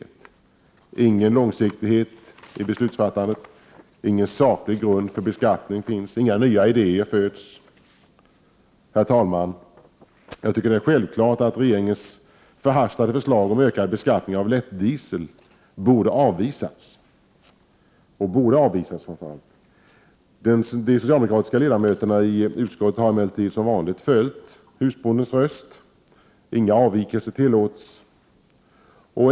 Det finns ingen långsiktighet i beslutsfattandet, ingen saklig grund för beskattning och inga nya idéer föds. Herr talman! Jag tycker att det är självklart att regeringens förhastade förslag om ökad beskattning av lättdiesel borde avvisas. De socialdemokratiska ledamöterna i utskottet har emellertid som vanligt följt husbondens röst — inga avvikelser tillåts.